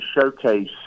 showcase